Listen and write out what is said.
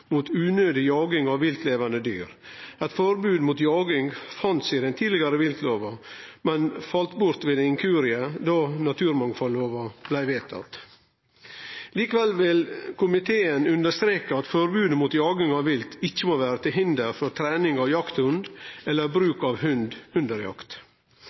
mot unødig jaging av viltlevande dyr. Eit forbod mot jaging fanst tidlegare i viltlova, men fall bort ved ein inkurie då naturmangfaldlova blei vedtatt. Likevel vil komiteen understreke at forbodet mot jaging av vilt ikkje må vere til hinder for trening av jakthund eller bruk av hund under jakt.